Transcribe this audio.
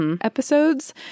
episodes